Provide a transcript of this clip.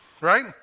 right